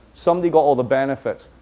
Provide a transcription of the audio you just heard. somebody got all the benefits,